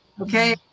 okay